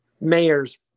mayor's